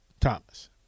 Thomas